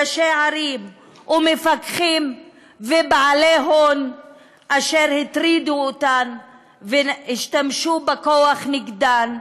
ראשי ערים ומפקחים ובעלי הון אשר הטרידו אותו והשתמשו בכוח נגדן,